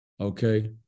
Okay